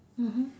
mmhmm